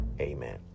Amen